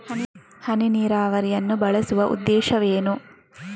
ಹನಿ ನೀರಾವರಿಯನ್ನು ಬಳಸುವ ಉದ್ದೇಶವೇನು?